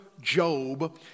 Job